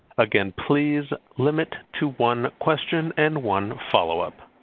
again, please limit to one question and one follow up.